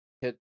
hit